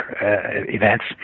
events